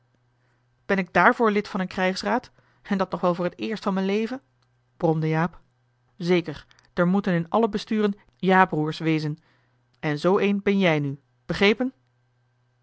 ben ik daarvoor lid van een krijgsraad en dat nog wel voor t eerst van m'n leven bromde jaap zeker d'r moeten in alle besturen jabroers wezen en zoo een ben jij nu begrepen